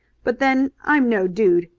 but then i'm no dude.